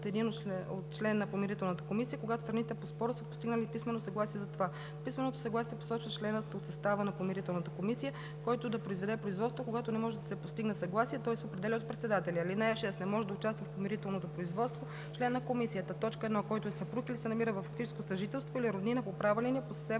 един член на Помирителната комисия, когато страните по спора са постигнали писмено съгласие за това. В писменото съгласие се посочва членът от състава на Помирителната комисия, който да проведе производството, а когато не може да се постигне съгласие, той се определя от председателя й. (6) Не може да участва в помирителното производство член на комисията: 1. който е съпруг или се намира във фактическо съжителство, или е роднина по права линия, по съребрена